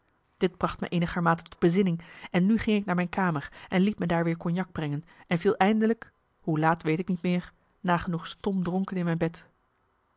dit bracht me eenigermate tot bezinning en nu ging ik naar mijn kamer liet me daar weer cognac brengen en viel eindelijk hoe laat weet ik niet meer nagenoeg stomdronken in mijn bed